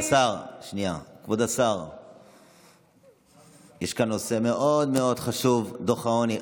כבוד השר, יש כאן נושא מאוד מאוד חשוב, דוח העוני.